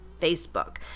Facebook